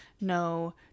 no